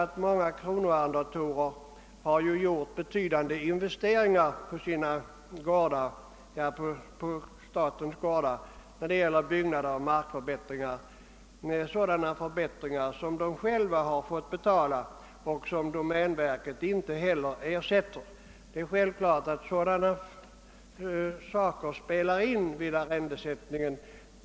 Många kronoarrendatorer har gjort betydande investeringar på statens gårdar i byggnader och markförbättringar. Dessa har de själva fått betala, och domänverket ersätter dem inte. Det är självklart att sådana omständigheter spelar in vid arrendesättningen.